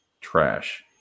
trash